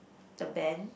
the band